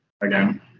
again